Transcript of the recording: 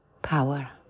Power